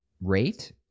rate